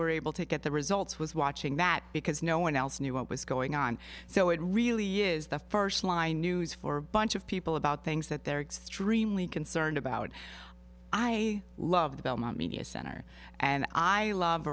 were able to get the results was watching that because no one else knew what was going on so it really is the first line news for a bunch of people about things that they're extremely concerned about i love the belmont media center and i love